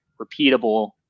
repeatable